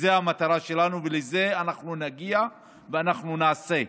זאת המטרה שלנו ולזה אנחנו נגיע ואנחנו נעשה.